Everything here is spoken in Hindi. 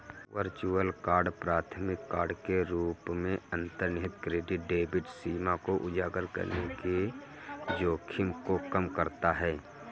वर्चुअल कार्ड प्राथमिक कार्ड के रूप में अंतर्निहित क्रेडिट डेबिट सीमा को उजागर करने के जोखिम को कम करता है